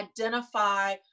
identify